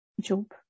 Job